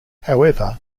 however